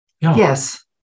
Yes